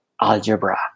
algebra